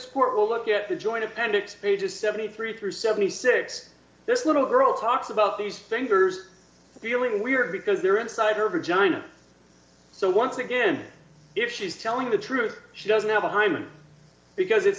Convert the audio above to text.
court will look at the joint appendix pages seventy three through seventy six this little girl talks about these fingers feeling weird because they're inside her vagina so once again if she's telling the truth she doesn't have a hymen because it's